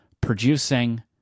producing